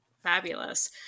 fabulous